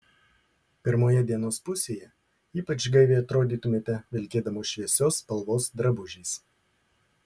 pirmoje dienos pusėje ypač gaiviai atrodytumėte vilkėdamos šviesios spalvos drabužiais